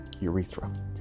urethra